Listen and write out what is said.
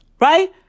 Right